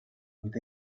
with